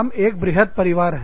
हम एक बृहत् परिवार हैं